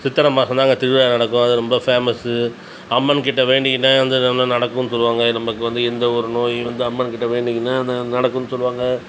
சித்திரை மாசம் தான் அங்கே திருவிழா நடக்கும் அது ரொம்ப பேமஸ்ஸு அம்மன்கிட்ட வேண்டிக்கின்னா வந்து அது வந்து நடக்குன்னு சொல்லுவாங்க நம்பக்கு வந்த எந்தவொரு நோய் இருந்தால் அம்மன்கிட்ட வேண்டிக்கின்னா அது நடக்குன்னு சொல்லுவாங்க